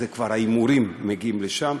כבר ההימורים מגיעים לשם,